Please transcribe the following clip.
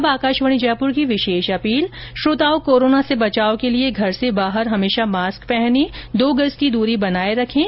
और अब आकाशवाणी जयपुर के समाचार विभाग की विशेष अपील श्रोताओं कोरोना से बचाव के लिए घर से बाहर हमेशा मास्क पहने और दो गज की दूरी बनाए रखें